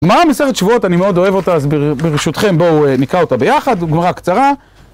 גמרא מסכת שבועות, אני מאוד אוהב אותה, אז ברשותכם בואו נקרא אותה ביחד, גמרא קצרה.